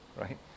right